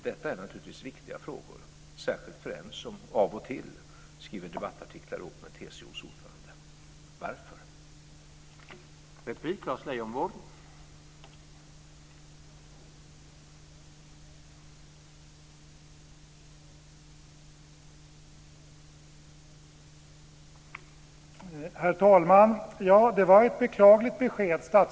Detta är naturligtvis viktiga frågor, särskilt för en som av och till skriver debattartiklar ihop med TCO:s ordförande. Varför?